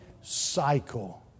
cycle